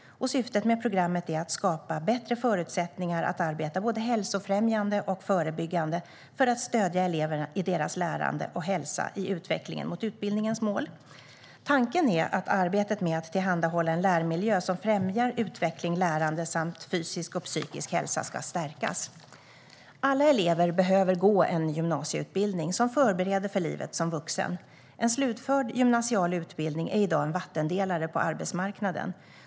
Syftet med programmet är att skapa bättre förutsättningar att arbeta både hälsofrämjande och förebyggande för att stödja eleverna i deras lärande och hälsa i utvecklingen mot utbildningens mål. Tanken är att arbetet med att tillhandahålla en lärandemiljö som främjar utveckling, lärande samt fysisk och psykisk hälsa ska stärkas. Alla elever behöver gå en gymnasieutbildning som förbereder för livet som vuxen. En slutförd gymnasial utbildning är i dag en vattendelare på arbetsmarknaden.